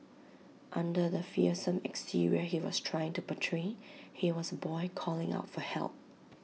under the fearsome exterior he was trying to portray he was A boy calling out for help